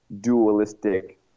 dualistic